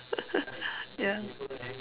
ya